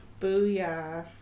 booyah